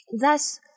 thus